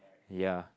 ya